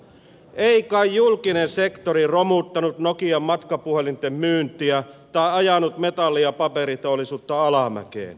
ei kai julkinen sektori romuttanut nokian matkapuhelinten myyntiä tai ajanut metalli ja paperiteollisuutta alamäkeen